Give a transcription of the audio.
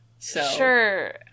Sure